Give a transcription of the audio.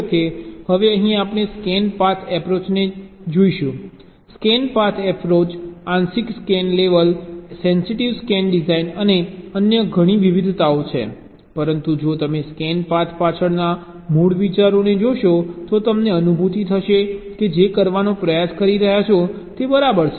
હવે અહીં આપણે સ્કેન પાથ એપ્રોચને જોઈશું સ્કેન પાથ એપ્રોચ આંશિક scan level sensitive scan design અને અન્ય ઘણી વિવિધતાઓ છે પરંતુ જો તમે સ્કેન પાથ પાછળના મૂળ વિચારને જોશો તો તમને અનુભૂતિ થશે કે તમે જે કરવાનો પ્રયાસ કરી રહ્યા છો તે બરાબર છે